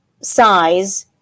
size